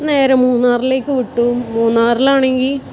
നേരെ മൂന്നാറിലേക്ക് വിട്ടു മൂന്നാറിൽ ആണെങ്കിൽ